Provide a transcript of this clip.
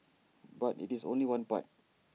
but IT is only one part